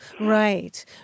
Right